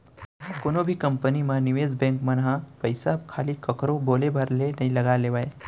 कोनो भी कंपनी म निवेस बेंक मन ह पइसा खाली कखरो बोले भर ले नइ लगा लेवय